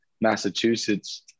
Massachusetts